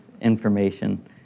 information